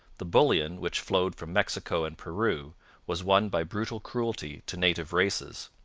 the bullion which flowed from mexico and peru was won by brutal cruelty to native races,